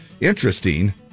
Interesting